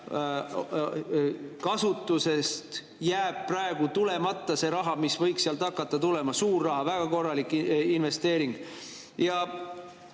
kasutusse jääb praegu tulemata see raha, mis võiks sealt hakata tulema. Suur raha, väga korralik investeering! Ja